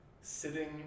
sitting